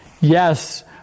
Yes